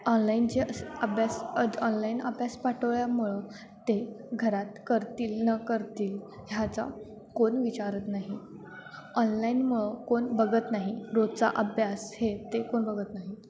online जे अभ्यास online अभ्यास पाठवल्यामुळं ते घरात करतील न करतील ह्याचा कोण विचारत नाही ऑनलाईनमुळं कोण बघत नाही रोजचा अभ्यास हे ते कोण बघत नाही